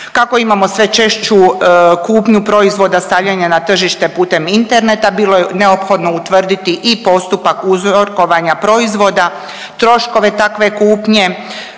Kako imamo sve češću kupnju proizvoda stavljanja na tržište putem interneta bilo je neophodno utvrditi i postupak uzorkovanja proizvoda, troškove takve kupnje